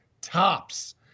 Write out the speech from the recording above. tops